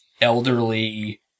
elderly